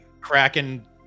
Kraken